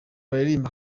baririmba